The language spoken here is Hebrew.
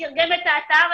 שתרגמה את האתר,